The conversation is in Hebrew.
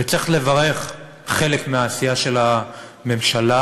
וצריך לברך חלק מהעשייה של הממשלה,